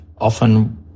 often